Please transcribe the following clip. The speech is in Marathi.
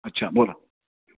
अच्छा बोला